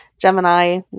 Gemini